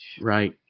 Right